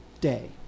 day